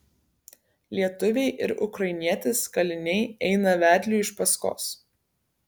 lietuviai ir ukrainietis kaliniai eina vedliui iš paskos